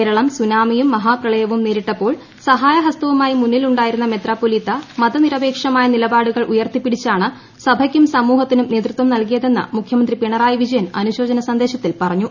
കേരളം സുനാമിയും മഹാപ്രളയവും നേരിട്ടപ്പോൾ സഹായഹസ്തവുമായി മുന്നിലുണ്ടായിരുന്ന മെത്രാ പ്പൊലീത്ത മതനിരപേക്ഷമായ നിലപാടുകൾ ഉയർത്തിപ്പിടിച്ചാണ് സഭയ്ക്കും സമൂഹത്തിനും നേതൃത്വം നൽകിയതെന്ന് മുഖ്യമന്ത്രി പിണറായി വിജയൻ അനുശോചന സന്ദേശത്തിൽ പറഞ്ഞു